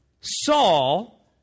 Saul